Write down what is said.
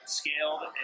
scaled